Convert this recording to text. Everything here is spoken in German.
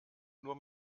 nur